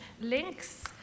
links